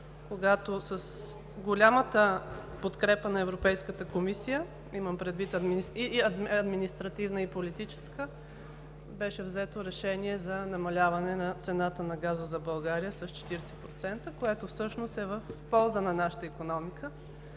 когато с голямата подкрепа на Европейската комисия – имам предвид и административна, и политическа, беше взето решение за намаляване на цената на газа за България с 40%, което всъщност е в полза на нашата икономика